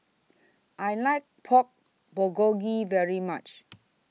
I like Pork Bulgogi very much